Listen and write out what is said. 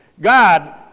God